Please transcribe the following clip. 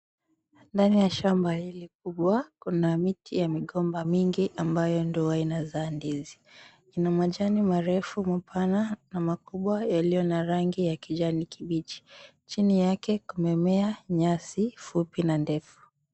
Ndani ya shamba hili kubwa kuna miti ya migomba mingi ambayo 𝑛𝑑𝑖𝑜 ℎ𝑢𝑤𝑎 inazaa ndizi. Ina majani marefu mapana na makubwa 𝑦𝑎𝑙𝑖𝑦𝑜 𝑛𝑎 rangi ya kijani kibichi. Chini yake kumemea nyasi fupi na ndefu.